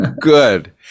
Good